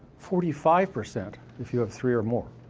forty five percent if you have three or more.